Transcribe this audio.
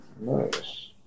Nice